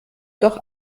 doch